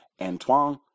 Antoine